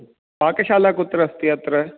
पाकशाला कुत्र अस्ति अत्र